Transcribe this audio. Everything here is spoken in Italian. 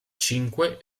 cinque